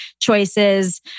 choices